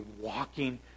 walking